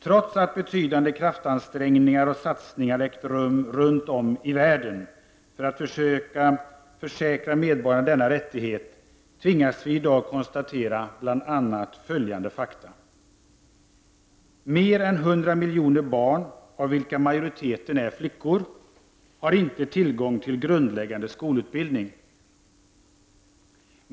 Trots att betydande kraftansträngningar och satsningar ägt rum runt om i världen för att försöka tillförsäkra medborgarna denna rättighet tvingas vi i dag konstatera bl.a. följande fakta: + Mer än 100 miljoner barn, av vilka majoriteten är flickor, har inte tillgång till grundläggande skolutbildning.